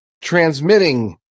transmitting